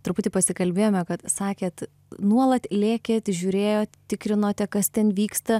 truputį pasikalbėjome kad sakėt nuolat lėkėt žiūrėjot tikrinote kas ten vyksta